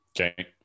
okay